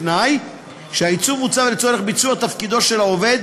בתנאי שנעשה לצורך ביצוע תפקידו של העובד